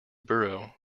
biro